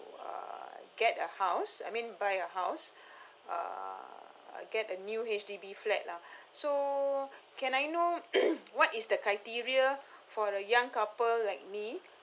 uh get a house I mean buy a house uh get a new H_D_B flat lah so can I know what is the criteria for a young couple like me